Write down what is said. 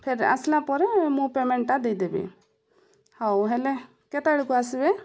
ଫେର ଆସିଲା ପରେ ମୁଁ ପେମେଣ୍ଟଟା ଦେଇଦେବି ହଉ ହେଲେ କେତେବେଳକୁ ଆସିବେ